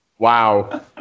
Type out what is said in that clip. Wow